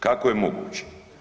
Kako je moguće?